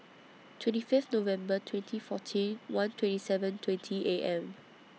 twenty Fifth November twenty fourteen one twenty seven twenty A M